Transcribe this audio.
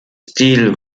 stil